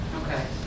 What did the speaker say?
Okay